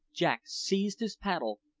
jack seized his paddle,